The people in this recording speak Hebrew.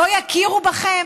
לא יכירו בכם?